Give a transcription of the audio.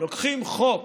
לוקחים חוק